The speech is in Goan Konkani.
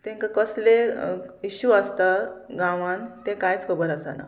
तांकां कसले इशू आसता गांवान तें कांयच खबर आसना